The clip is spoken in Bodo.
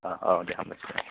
औ दे हामबायसै